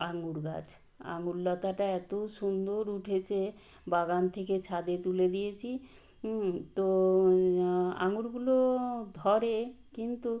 আঙুর গাছ আঙুর লতাটা এত সুন্দর উঠেছে বাগান থেকে ছাদে তুলে দিয়েছি তো আঙুরগুলো ধরে কিন্তু